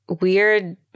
weird